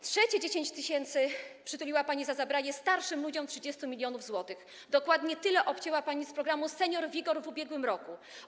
Trzecie 10 tys. przytuliła pani za zabranie starszym ludziom 30 mln zł, dokładnie tyle obcięła pani z programu „Senior-WIGOR” w ubiegłym roku.